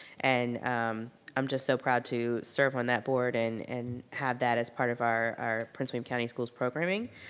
and i'm just so proud to serve on that board and and have that as part of our our prince william county schools programming.